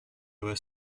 was